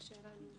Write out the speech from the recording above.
בבקשה.